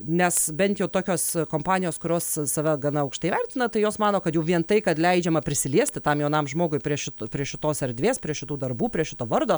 nes bent jau tokios kompanijos kurios save gana aukštai vertina tai jos mano kad jau vien tai kad leidžiama prisiliesti tam jaunam žmogui prie šit prie šitos erdvės prie šitų darbų prie šito vardo